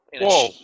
whoa